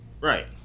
Right